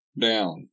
down